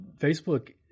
Facebook